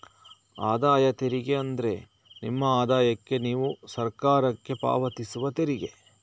ಆದಾಯ ತೆರಿಗೆ ಅಂದ್ರೆ ನಿಮ್ಮ ಆದಾಯಕ್ಕೆ ನೀವು ಸರಕಾರಕ್ಕೆ ಪಾವತಿಸುವ ತೆರಿಗೆ